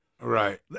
Right